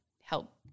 help